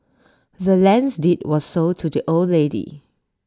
the land's deed was sold to the old lady